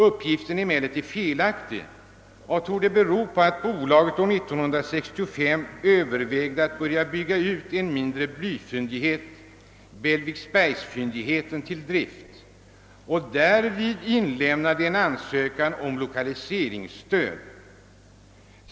Uppgiften är emellertid felaktig och torde bero på att bolaget år 1965 övervägde att börja bygga ut en mindre blyfyndighet — Bellviksbergsfyndigheten — till drift och därvid inlämnade en ansökan om lokaliseringsstöd.